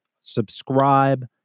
subscribe